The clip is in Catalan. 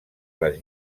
les